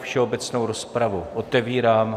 Všeobecnou rozpravu otevírám.